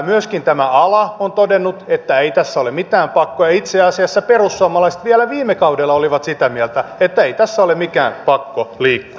myöskin tämä ala on todennut että ei tässä ole mitään pakkoa ja itse asiassa perussuomalaiset vielä viime kaudella olivat sitä mieltä että ei tässä ole mikään pakko liikkua